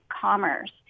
commerce